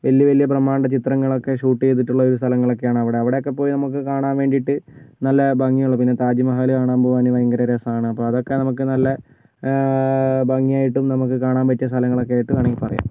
വലിയ വലിയ ബ്രഹ്മാണ്ഡ ചിത്രങ്ങളൊക്കെ ഷൂട്ട് ചെയ്തിട്ടുള്ള ഒരു സ്ഥലങ്ങളൊക്കെയാണവിടെ അവിടെയൊക്കെ പോയി നമുക്ക് കാണാൻ വേണ്ടിയിട്ട് നല്ല ഭംഗിയുള്ള പിന്നെ താജ് മഹാല് കാണാൻ പോവാന് ഭയങ്കര രസമാണ് അപ്പോൾ അതൊക്കെ നമുക്ക് നല്ല ഭംഗിയായിട്ടും നമുക്ക് കാണാൻ പറ്റിയ സ്ഥലങ്ങളൊക്കെയായിട്ടും വേണമെങ്കിൽ പറയാം